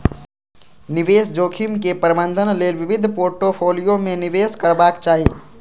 निवेश जोखिमक प्रबंधन लेल विविध पोर्टफोलियो मे निवेश करबाक चाही